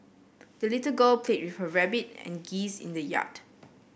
the little girl played with her rabbit and geese in the yard